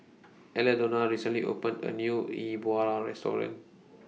Aldona recently opened A New E Bua Restaurant